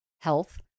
health